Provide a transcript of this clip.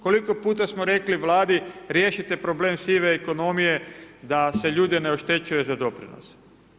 Koliko puta smo rekli Vladi riješite problem sive ekonomije da se ljude ne oštećuje za doprinose?